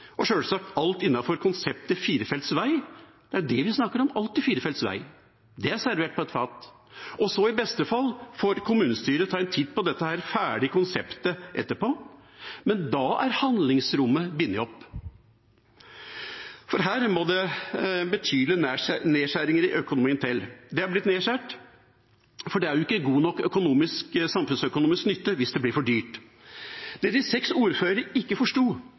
og sjølsagt alt innenfor konseptet firefeltsvei – det er det vi snakker om, alltid firefelts vei. Det er servert på et fat. Så får i beste fall kommunestyret ta en titt på dette ferdige konseptet etterpå, men da er handlingsrommet bundet opp, for her må det til betydelige nedskjæringer i økonomien. Det har blitt nedskåret, for det er ikke god nok samfunnsøkonomisk nytte hvis det blir for dyrt. Det de seks ordførerne ikke forsto,